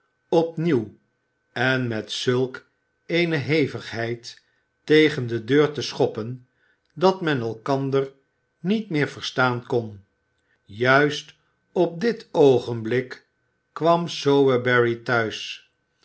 opnieuw en met zulk eene hevigheid tegen de deur te schoppen dat men elkander niet meer verstaan kon juist op dit oogenblik kwam sowerberry thuis